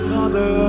Father